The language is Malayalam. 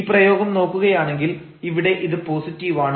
ഈ പ്രയോഗം നോക്കുകയാണെങ്കിൽ ഇവിടെ ഇത് പോസിറ്റീവാണ്